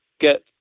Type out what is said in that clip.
get